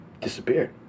disappeared